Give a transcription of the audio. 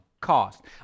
cost